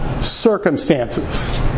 circumstances